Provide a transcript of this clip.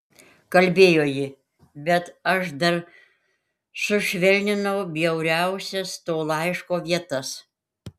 kalbėjo ji bet aš dar sušvelninau bjauriausias to laiško vietas